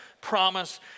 promise